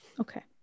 Okay